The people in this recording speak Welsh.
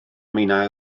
minnau